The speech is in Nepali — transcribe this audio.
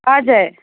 हजुर